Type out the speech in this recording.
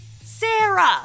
Sarah